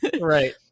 right